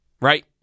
right